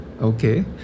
Okay